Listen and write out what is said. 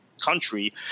country